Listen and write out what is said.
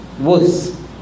worse